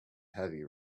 heavy